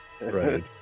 Right